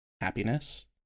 happiness